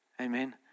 Amen